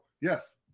yes